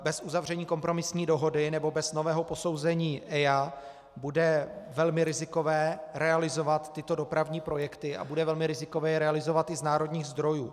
Bez uzavření kompromisní dohody nebo bez nového posouzení EIA bude velmi rizikové realizovat tyto dopravní projekty a bude velmi rizikové je realizovat i z národních zdrojů.